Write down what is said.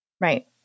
Right